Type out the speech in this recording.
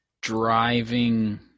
driving